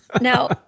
Now